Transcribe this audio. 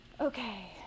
okay